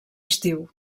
estiu